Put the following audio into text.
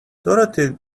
dorothy